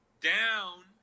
down